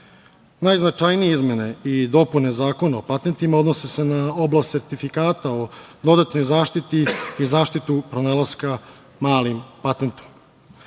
proizvode. Najznačajnije izmene i dopune Zakona o patentima odnose se na oblast sertifikata o dodatnoj zaštiti i zaštitu pronalaska malim patentom. Naime,